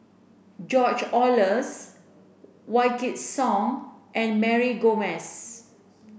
George Oehlers Wykidd Song and Mary Gomes